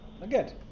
Again